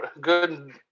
good